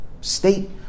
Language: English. state